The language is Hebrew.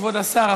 כבוד השר,